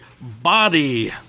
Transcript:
body